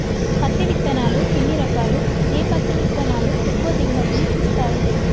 పత్తి విత్తనాలు ఎన్ని రకాలు, ఏ పత్తి విత్తనాలు ఎక్కువ దిగుమతి ని ఇస్తాయి?